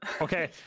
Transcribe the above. Okay